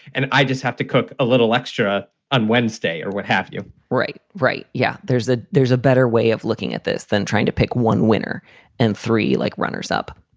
and i just have to cook a little extra on wednesday or what have you right. right. yeah, there's a there's a better way of looking at this than trying to pick one winner and three, like, runners up.